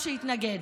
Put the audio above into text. שהתנגד.